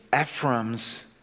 Ephraim's